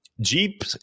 Jeep